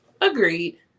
Agreed